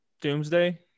doomsday